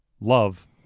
love